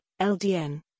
LDN